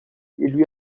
lui